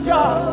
God